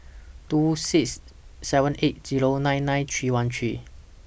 two six seven eight Zero nine nine three one three